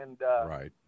Right